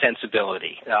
sensibility